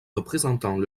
représentant